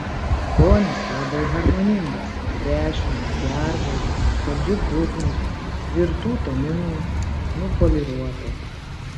skonis labai harmoningas trešnių gervuogių saldžių bruknių tvirtų taninų nupoliruotas